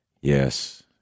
Yes